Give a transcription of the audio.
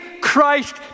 Christ